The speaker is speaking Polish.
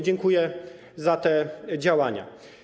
Dziękuję za te działania.